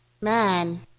man